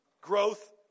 growth